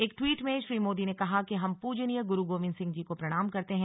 एक ट्वीट में श्री मोदी ने कहा कि हम पूजनीय गुरु गोविंद सिंह जी को प्रणाम करते हैं